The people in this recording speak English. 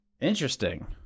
Interesting